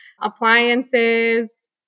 appliances